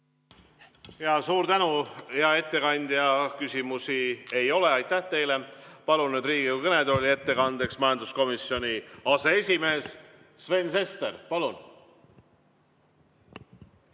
Suur tänu, hea ettekandja! Küsimusi ei ole. Aitäh teile! Palun nüüd Riigikogu kõnetooli ettekandeks majanduskomisjoni aseesimehe Sven Sesteri. Palun!